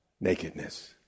nakedness